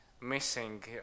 missing